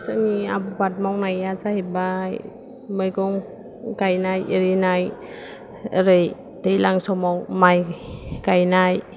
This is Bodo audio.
जोंनि आबाद मावनाया जाहैबाय मैगं गायनाय एरिनाय ओरै दैज्लां समाव माय गायनाय